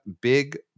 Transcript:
big